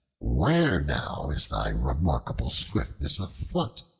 where now is thy remarkable swiftness of foot?